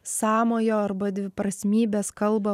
sąmojo arba dviprasmybės kalbą